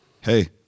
hey